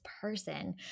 person